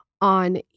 on